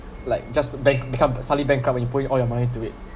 like just bank~ become suddenly bankrupt when you put in all your money to it